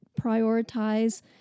prioritize